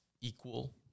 equal